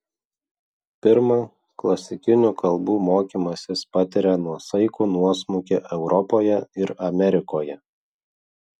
pirma klasikinių kalbų mokymasis patiria nuosaikų nuosmukį europoje ir amerikoje